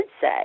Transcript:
say